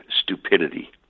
stupidity